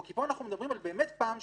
כי פה אנחנו מדברים על פעם שנייה.